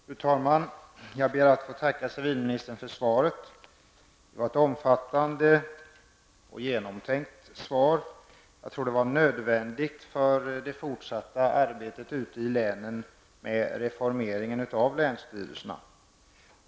Fru talman! Jag ber att få tacka civilministern för svaret. Det var ett omfattande och genomtänkt svar. Jag tror att det var nödvändigt för det fortsatta arbetet ute i länen med reformeringen av länsstyrelserna.